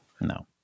No